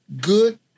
good